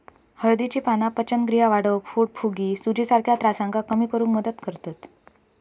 हळदीची पाना पचनक्रिया वाढवक, पोटफुगी, सुजीसारख्या त्रासांका कमी करुक मदत करतत